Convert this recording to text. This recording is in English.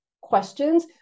questions